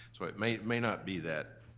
so it may it may not be that,